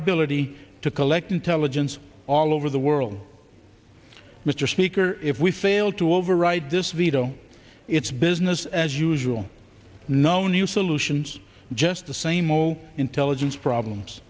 ability to collect intelligence all over the world mr speaker if we fail to override this veto it's business as usual no new solutions just the same all intelligence problems